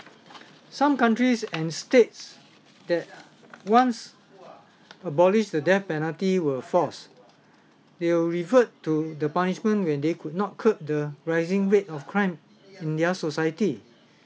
some countries and states that once abolish the death penalty will force they will revert to the punishment when they could not curb the rising rate of crime and their society